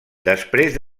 després